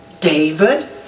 David